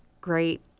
great